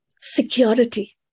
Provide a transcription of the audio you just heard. security